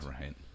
Right